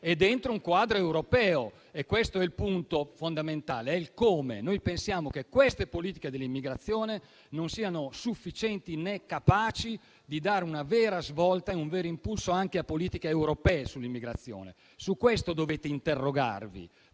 ma dentro un quadro europeo: questo è il punto fondamentale, cioè il modo. Pensiamo che queste politiche dell'immigrazione non siano né sufficienti né capaci di dare una vera svolta e un vero impulso anche a politiche europee sull'immigrazione. Su questo dovete interrogarvi.